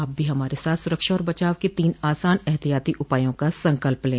आप भी हमारे साथ सुरक्षा और बचाव के तीन आसान एहतियाती उपायों का संकल्प लें